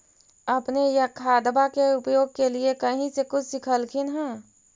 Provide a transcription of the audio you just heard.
अपने खादबा के उपयोग के लीये कही से कुछ सिखलखिन हाँ?